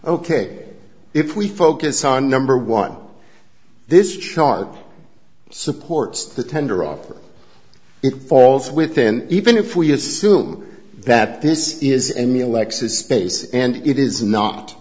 ok if we focus on number one this chart supports the tender offer it falls within even if we assume that this is any alexa's space and it is not